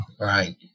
Right